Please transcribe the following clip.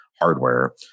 hardware